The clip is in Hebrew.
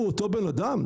אותו בן אדם?